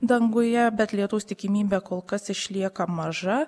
danguje bet lietaus tikimybė kol kas išlieka maža